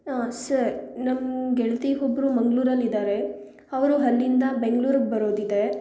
sir ನನ್ನ ಗೆಳತಿ ಒಬ್ರು ಮಂಗ್ಳೂರಲ್ಲಿ ಇದ್ದಾರೆ ಅವರು ಅಲ್ಲಿಂದ ಬೆಂಗ್ಳೂರ್ಗೆ ಬರೋದಿದೆ